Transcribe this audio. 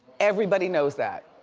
everybody knows that.